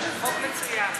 חוק מצוין.